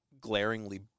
glaringly